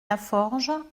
laforge